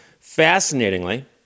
Fascinatingly